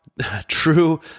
true